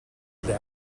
билээ